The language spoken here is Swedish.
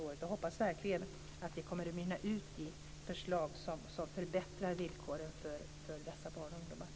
Jag hoppas verkligen att det kommer att mynna ut i förslag som förbättrar villkoren för dessa barn och ungdomar.